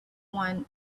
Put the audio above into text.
one